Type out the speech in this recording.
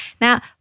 Now